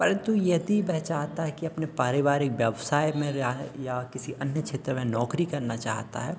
परन्तु यदि वह चाहता है कि अपने पारिवारिक व्यवसाय में जाए या किसी अन्य क्षेत्र में नौकरी करना चाहता है